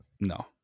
No